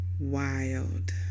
Wild